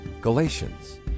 Galatians